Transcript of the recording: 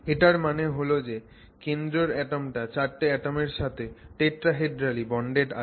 এটার মানে যে কেন্দ্রর অ্যাটমটা চারটে অ্যাটমের সাথে টেট্রাহেড্রালি বন্ডেড আছে